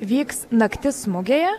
vyks naktis mugėje